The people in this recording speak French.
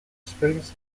springs